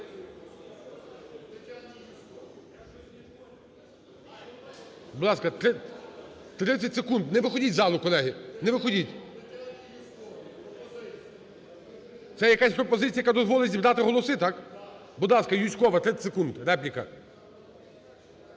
Будь ласка, 30 секунд. Не виходіть із залу, колеги, не виходіть. Це якась пропозиція, яка дозволить зібрати голоси, так? Будь ласка, Юзькова, 30 секунд. Репліка.